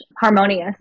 harmonious